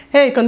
Hey